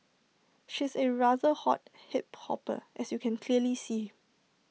she's A rather hot hip hopper as you can clearly see